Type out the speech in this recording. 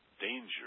danger